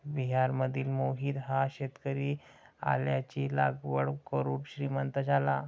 बिहारमधील मोहित हा शेतकरी आल्याची लागवड करून श्रीमंत झाला